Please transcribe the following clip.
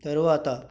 తరువాత